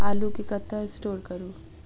आलु केँ कतह स्टोर करू?